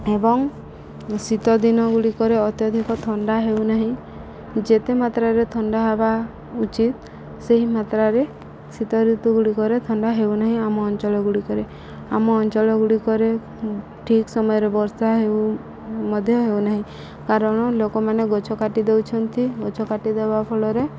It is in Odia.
ଏବଂ ଶୀତ ଦିନଗୁଡ଼ିକରେ ଅତ୍ୟଧିକ ଥଣ୍ଡା ହେଉନାହିଁ ଯେତେ ମାତ୍ରାରେ ଥଣ୍ଡା ହେବା ଉଚିତ୍ ସେହି ମାତ୍ରାରେ ଶୀତ ଋତୁଗୁଡ଼ିକରେ ଥଣ୍ଡା ହେଉନାହିଁ ଆମ ଅଞ୍ଚଳଗୁଡ଼ିକରେ ଆମ ଅଞ୍ଚଳଗୁଡ଼ିକରେ ଠିକ୍ ସମୟରେ ବର୍ଷା ହେଉ ମଧ୍ୟ ହେଉନାହିଁ କାରଣ ଲୋକମାନେ ଗଛ କାଟି ଦେଉଛନ୍ତି ଗଛ କାଟିଦେବା ଫଳରେ